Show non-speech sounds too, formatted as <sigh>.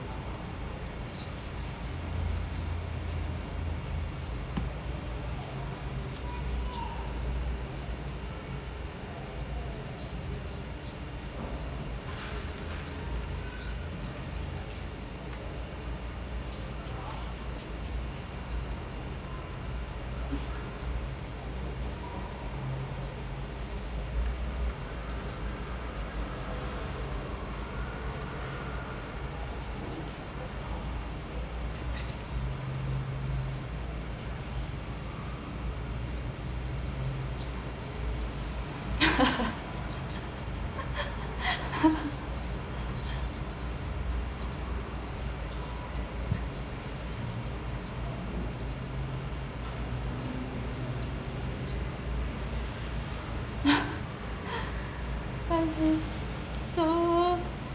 <laughs> so